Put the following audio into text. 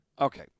Okay